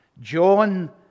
John